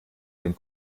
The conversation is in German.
den